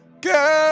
Girl